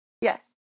yes